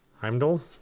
Heimdall